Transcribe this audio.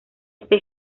este